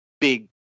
big